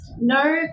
no